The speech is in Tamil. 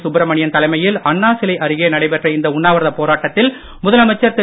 சுப்ரமணியன் தலைமையில் அண்ணா சிலை அருகே நடைபெறும் இந்த உண்ணாவிரதப் போராட்டத்தில் முதலமைச்சர் திரு